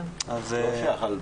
לא שייך.